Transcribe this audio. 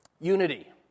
unity